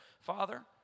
Father